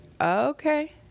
okay